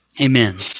Amen